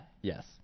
Yes